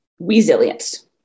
Resilience